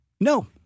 No